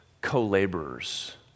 co-laborers